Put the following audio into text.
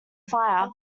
fire